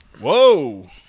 Whoa